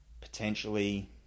potentially